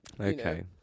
Okay